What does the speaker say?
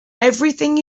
everything